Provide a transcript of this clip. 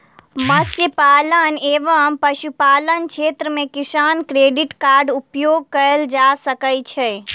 मत्स्य पालन एवं पशुपालन क्षेत्र मे किसान क्रेडिट कार्ड उपयोग कयल जा सकै छै